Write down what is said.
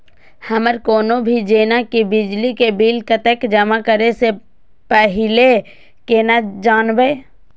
हमर कोनो भी जेना की बिजली के बिल कतैक जमा करे से पहीले केना जानबै?